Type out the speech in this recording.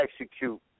execute